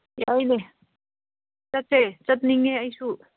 ꯌꯥꯏꯅꯦ ꯆꯠꯁꯦ ꯆꯠꯅꯤꯡꯉꯦ ꯑꯩꯁꯨ